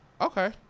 Okay